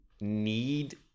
need